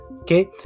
okay